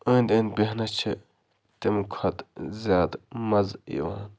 أنٛدۍ أنٛدۍ بیٚہنَس چھِ تَمہِ کھۄتہٕ زیادٕ مَزٕ یِوان